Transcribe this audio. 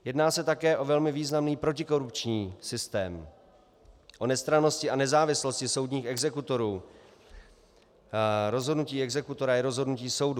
Jedná se také o velmi významný protikorupční systém o nestrannosti a nezávislosti soudních exekutorů, rozhodnutí exekutora je rozhodnutí soudu.